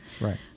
right